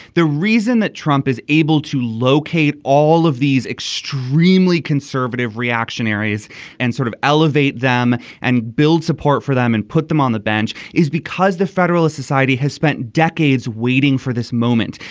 the reason that trump is able to locate all of these extremely conservative reactionaries and sort of elevate them and build support for them and put them on the bench is because the federalist society has spent decades waiting for this moment.